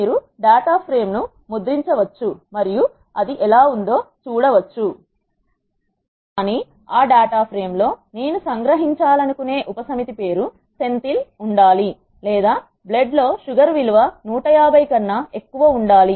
మీరు data frame ను ముద్రించవచ్చు మరియు ఇది ఎలా ఉందో చూడవచ్చు కానీ ఆ డేటా ఫ్రేమ్ లో నేను సంగ్రహించాలనుకునే అనుకునే ఉపసమితి పేరు సెంథిల్ ఉండాలి లేదా బ్లడ్ లో షుగర్ విలువ 150 కన్నా ఎక్కువ ఉండాలి